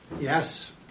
Yes